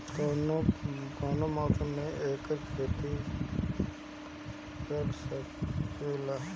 कवनो मौसम में एकर खेती हो सकेला